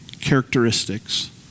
characteristics